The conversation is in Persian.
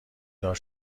دار